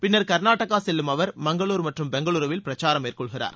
பின்னர் கர்நாடகா செல்லும் அவர் மங்களுர் மற்றும் பெங்களுருவில் பிரச்சாரம் மேற்கொள்கிறார்